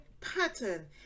pattern